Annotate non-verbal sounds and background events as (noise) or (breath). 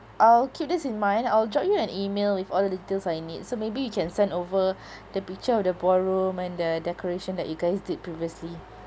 I'll keep this in mind I'll drop you an email with all the details I need so maybe you can send over (breath) the picture of the ballroom and the decoration that you guys did previously